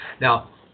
Now